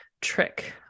trick